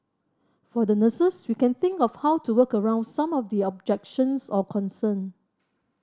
for the nurses we can think of how to work around some of the objections or concern